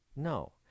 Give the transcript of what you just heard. No